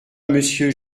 monsieur